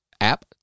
app